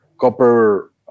copper